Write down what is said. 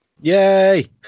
yay